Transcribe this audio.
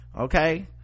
okay